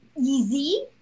easy